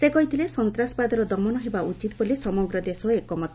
ସେ କହିଥିଲେ ସନ୍ତାସବାଦର ଦମନ ହେବା ଉଚିତ ବୋଲି ସମଗ୍ର ଦେଶ ଏକମତ